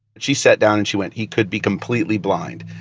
she sat down, and she went, he could be completely blind.